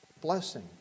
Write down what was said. blessing